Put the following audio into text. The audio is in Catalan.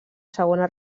segona